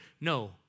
No